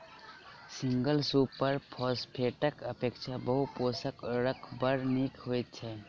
single super फौसफेटक अपेक्षा बहु पोषक उर्वरक बड़ नीक होइत छै